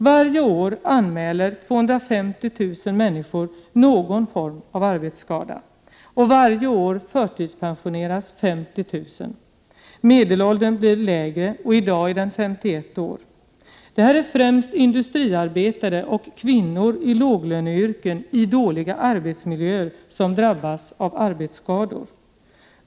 Varje år anmäler 250 000 människor någon form av arbetsskada, och varje år förtidspensioneras 50 000 människor. Medelåldern bland förtidspensionärerna blir lägre, och i dag är den 51 år. Det är främst industriarbetare och kvinnor i låglöneyrken i dåliga arbetsmiljöer som drabbas av arbetsskador.